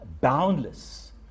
boundless